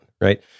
right